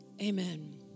Amen